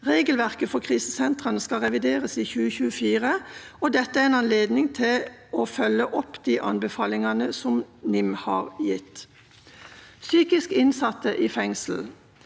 Regelverket for krisesentrene skal revideres i 2024, og dette er en anledning til å følge opp de anbefalingene NIM har gitt. Når det gjelder psykisk innsatte i fengsel,